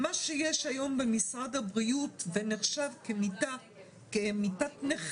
מה שיש היום במשרד הבריאות ונחשב כמיטת נכים,